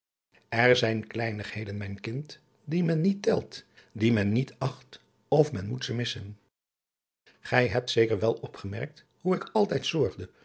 er zijn kleinigheden mijn kind die men niet telt die men niet acht of men moet ze missen gij hebt zeker wel opgemerkt hoe ik altijd zorgde